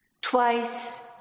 twice